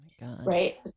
right